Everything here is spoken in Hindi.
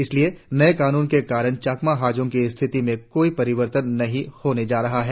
इसलिए नये कानून के कारण भी चकमा हाजोंग की स्थिति में कोई परिवर्तन नहीं होने जा रहा है